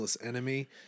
enemy